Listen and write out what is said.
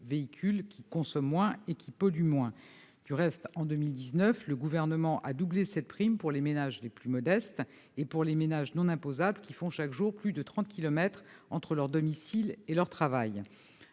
véhicules qui consomment moins et qui polluent moins. Au reste, en 2019, le Gouvernement a doublé cette prime pour les ménages les plus modestes et pour les ménages non imposables qui font chaque jour plus de trente kilomètres entre leur domicile et le lieu